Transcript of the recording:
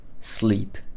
sleep